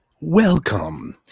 welcome